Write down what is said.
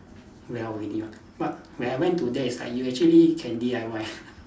well already [what] but when I went to there is like you actually can D_I_Y